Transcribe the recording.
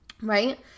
right